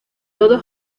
todo